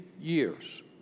years